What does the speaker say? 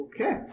Okay